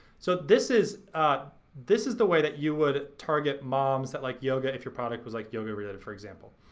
so this is ah this is the way that you would target moms that like yoga if your product was like yoga related, for example.